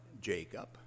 Jacob